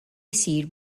isir